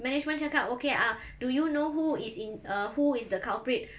management cakap okay ah do you know who is in err who is the culprit